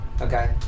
okay